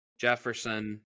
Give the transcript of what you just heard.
Jefferson